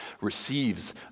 receives